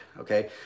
Okay